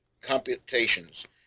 computations